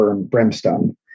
brimstone